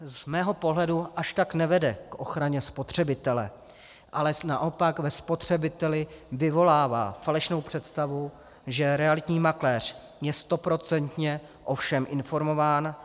Z mého pohledu až tak nevede k ochraně spotřebitele, ale naopak ve spotřebiteli vyvolává falešnou představu, že realitní makléř je stoprocentně o všem informován.